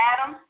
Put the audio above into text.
Adam